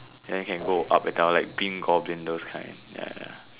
then you can go up and down like green goblin those kind ya ya